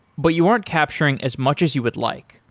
but you aren't capturing as much as you would like.